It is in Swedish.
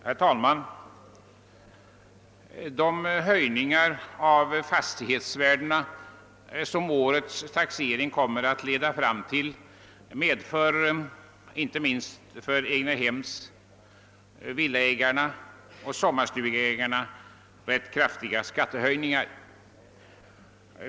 Herr talman! De höjningar av fastighetsvärdena som årets taxering kommer att leda fram till medför ganska kraftiga skattehöjningar, inte minst för egnahemsoch sommarstugeägare.